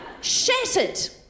Shattered